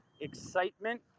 excitement